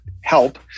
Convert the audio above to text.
help